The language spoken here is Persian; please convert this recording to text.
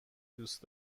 دوست